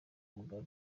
mugabe